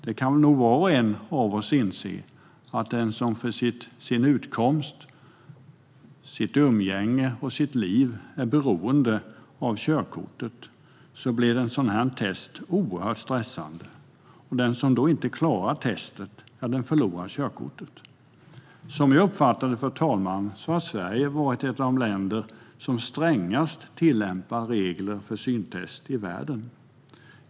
Var och en av oss kan nog inse att för den som för sin utkomst, sitt umgänge och sitt liv är beroende av körkortet blir ett sådant här test oerhört stressande. Den som då inte klarar testet förlorar körkortet. Som jag uppfattar det har Sverige varit ett av de länder som är strängast i världen när det gäller att tillämpa regler för syntest.